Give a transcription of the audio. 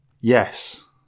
Yes